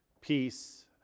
Peace